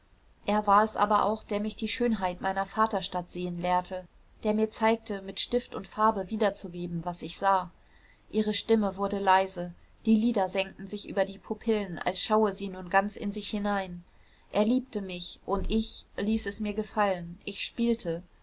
er war es aber auch der mich die schönheit meiner vaterstadt sehen lehrte der mir zeigte mit stift und farbe wiederzugeben was ich sah ihre stimme wurde leise die lider senkten sich über die pupillen als schaue sie nun ganz in sich hinein er liebte mich und ich ließ es mir gefallen ich spielte